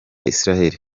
israel